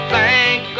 Thank